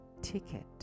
ticket